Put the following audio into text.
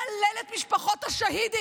ואיך הוא מהלל את משפחות השהידים.